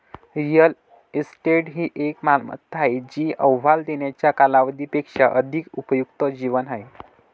real estate ही एक मालमत्ता आहे जी अहवाल देण्याच्या कालावधी पेक्षा अधिक उपयुक्त जीवन असते